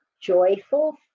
joyful